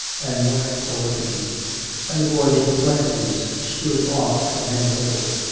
and looked for a feed and the boy's perplexities stood off from him a little.